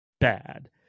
bad